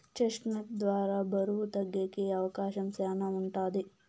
chest నట్ ద్వారా బరువు తగ్గేకి అవకాశం శ్యానా ఉంటది